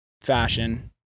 fashion